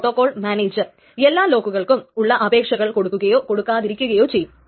അതിൻറെ അർത്ഥം എല്ലാം ശരിയായാൽ മാത്രമേ ഇത് വായിക്കുകയോ എഴുതുകയോ ചെയ്യുന്നുള്ളൂ എന്നാണ്